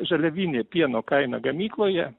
žaliavinė pieno kaina gamykloje